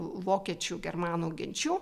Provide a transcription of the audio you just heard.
vokiečių germanų genčių